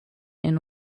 and